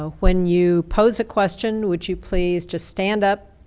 when you pose a question would you please just stand up,